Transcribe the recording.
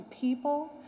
people